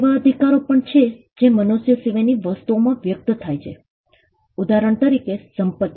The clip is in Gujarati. એવા અધિકારો પણ છે જે મનુષ્ય સિવાયની વસ્તુઓમાં વ્યક્ત થાય છે ઉદાહરણ તરીકે સંપતિ